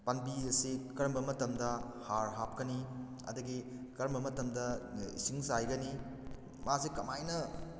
ꯄꯥꯟꯕꯤ ꯑꯁꯤ ꯀꯔꯝꯕ ꯃꯇꯝꯗ ꯍꯥꯔ ꯍꯥꯞꯀꯅꯤ ꯑꯗꯒꯤ ꯀꯔꯝꯕ ꯃꯇꯝꯗ ꯏꯁꯤꯡ ꯆꯥꯏꯒꯅꯤ ꯃꯥꯁꯦ ꯀꯃꯥꯏꯅ